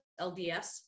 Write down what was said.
LDS